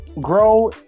grow